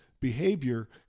behavior